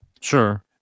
Sure